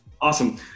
Awesome